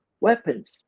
weapons